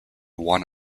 one